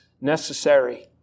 necessary